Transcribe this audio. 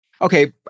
okay